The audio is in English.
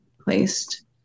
placed